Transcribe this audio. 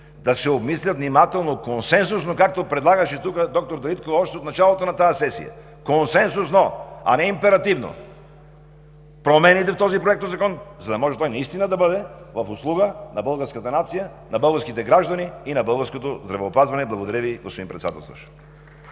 да се обмислят внимателно консенсусно, както предлагаше тук доктор Дариткова още от началото на тази сесия – консенсусно, а не императивно – промените в този законопроект, за да може той наистина да бъде в услуга на българската нация, на българските граждани и на българското здравеопазване. Благодаря Ви, господин Председателстващ.